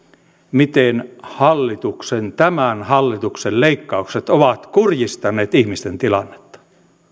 miten hallituksen tämän hallituksen leikkaukset ovat kurjistaneet ihmisten tilannetta eivät